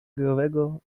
gajowego